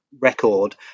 record